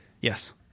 Yes